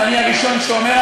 ואני הראשון שאומר,